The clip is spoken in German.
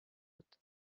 wird